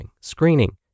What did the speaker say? screening